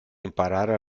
imparare